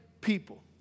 people